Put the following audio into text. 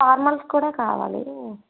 formals కూడా కావాలి